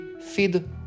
feed